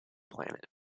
planet